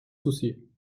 soucis